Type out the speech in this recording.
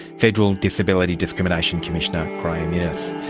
federal disability discrimination commissioner graeme innes.